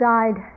died